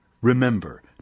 Remember